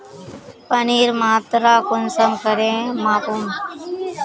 पानीर मात्रा कुंसम करे मापुम?